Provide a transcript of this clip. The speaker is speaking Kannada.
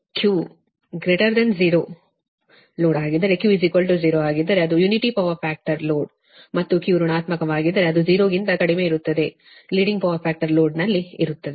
Q 0 ಲೋಡ್ ಆಗಿದ್ದರೆ Q 0 ಆಗಿದ್ದರೆ ಅದು ಯುನಿಟಿ ಪವರ್ ಫ್ಯಾಕ್ಟರ್ ಲೋಡ್ ಮತ್ತು Q ಋಣಾತ್ಮಕವಾಗಿದ್ದರೆ ಅದು 0 ಕ್ಕಿಂತ ಕಡಿಮೆ ಇರುತ್ತದೆ ಲೀಡಿಂಗ್ ಪವರ್ ಫ್ಯಾಕ್ಟರ್ ಲೋಡ್ ನಲ್ಲಿ ಇರುತ್ತದೆ